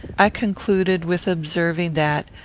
i concluded with observing that,